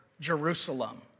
Jerusalem